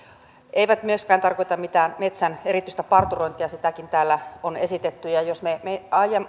myöskään tarkoita mitään metsän erityistä parturointia sitäkin täällä on esitetty vaan jos me me